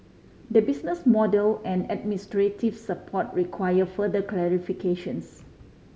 the business model and administrative support require further clarifications